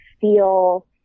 feel